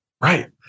Right